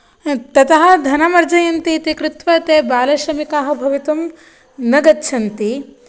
ततः धनम् अर्जयन्ति इति कृत्वा ते बालश्रमिकाः भवितुं न गच्छन्ति